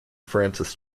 francis